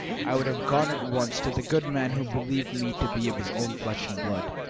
i would have gone at once to the good man who believed me to be of his own flesh and blood,